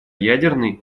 ядерной